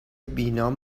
بینام